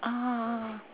ah